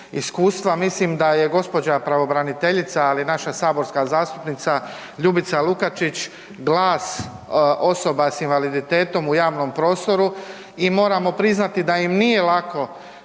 mislim da je gđa. pravobraniteljica, ali i naša saborska zastupnica Ljubica Lukačić glas osoba s invaliditetom u javnom prostoru i moramo priznati da im nije lako